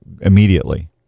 immediately